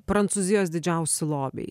prancūzijos didžiausi lobiai